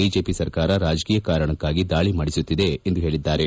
BJP ಸರ್ಕಾರ ರಾಜಕೀಯ ಕಾರಣಕ್ಕಾಗಿ ದಾಳಿ ಮಾಡಿಸುತ್ತಿದೆ ಎಂದು ಹೇಳಿದ್ದಾರೆ